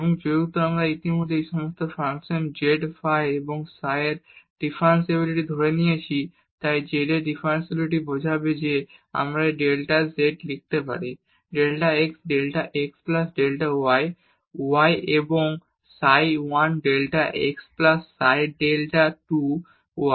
এবং যেহেতু আমরা ইতিমধ্যে এই সমস্ত ফাংশন z ফাই এবং সাই এর ডিফারেনশিবিলিটি ধরে নিয়েছি তাই z এর ডিফারেনশিবিলিটি বোঝাবে যে আমরা এই ডেল্টা z লিখতে পারি del x delta x plus del y delta y এবং psi 1 delta x plus psi 2 delta y